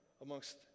amongst